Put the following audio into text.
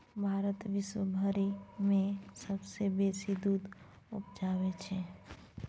भारत विश्वभरि मे सबसँ बेसी दूध उपजाबै छै